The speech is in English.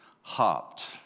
hopped